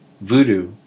voodoo